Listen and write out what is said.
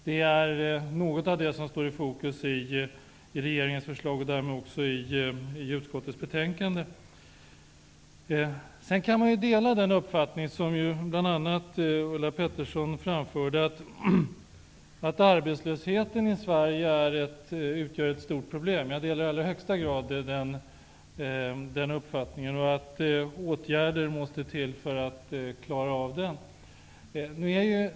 Detta är något av det som står i fokus i regeringens förslag, och därmed också i utskottets betänkande. Jag kan dela den uppfattning som bl.a. Ulla Sverige utgör ett stort problem. Jag delar i allra högsta grad den uppfattningen och att åtgärder måste till för att klara av den.